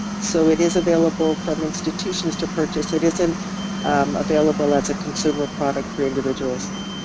so it is available from institutions to purchase. it isn't available as a consumer product for individuals.